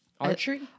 Archery